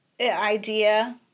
idea